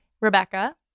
Rebecca